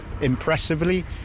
impressively